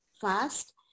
fast